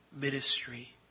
ministry